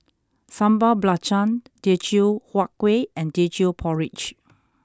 Sambal Belacan Teochew Huat Kueh and Teochew Porridge